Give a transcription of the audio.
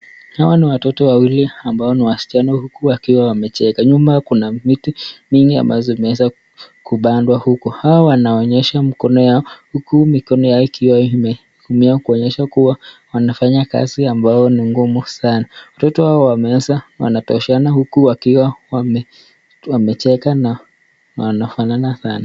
Hawa ni watoto wawili amabo ni wasichana huku wakiwa wamecheka. Nyuma kuna miti mingi ambazo zimeeza kupandwa huko. Hawa wanawanyesha mikono yao huku mikono yao ikiwa imeumia ikionyesha kuwa wanafanya kazi ambayo ni ngumu sana. Watoto hawa wameweza, wanatoshana huku wakiwa wamecheka na wanafanana sana.